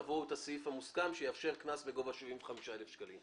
תבואו עם הסעיף המוסכם שיאפשר קנס בגובה 75,000 שקלים.